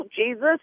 Jesus